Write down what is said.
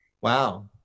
Wow